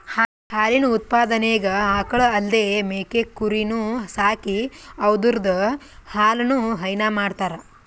ಹಾಲಿನ್ ಉತ್ಪಾದನೆಗ್ ಆಕಳ್ ಅಲ್ದೇ ಮೇಕೆ ಕುರಿನೂ ಸಾಕಿ ಅವುದ್ರ್ ಹಾಲನು ಹೈನಾ ಮಾಡ್ತರ್